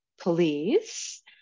please